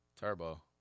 Turbo